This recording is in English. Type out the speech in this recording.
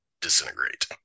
disintegrate